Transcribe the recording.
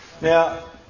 now